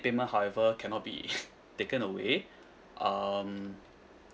payment however cannot be taken away um